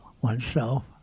oneself